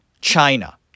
China